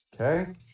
Okay